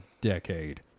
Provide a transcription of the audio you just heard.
decade